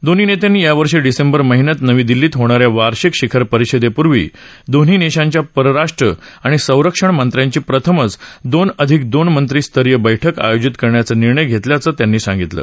दोन्ही नेत्यांनी यावर्षी डिसेंबर महिन्यात नवी दिल्लीत होणा या वार्षिक शिखर परिषदे पूर्वी दोन्ही देशांच्या परराष्ट्र आणि संरक्षण मंत्र्यांची प्रथमच दोन अधिक दोन मंत्री स्तरीय बैठक आयोजित करण्याचा निर्णय घेतल्याचं त्यांनी सांगितलं